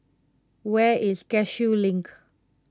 where is Cashew Link